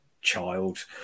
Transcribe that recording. child